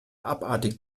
abartig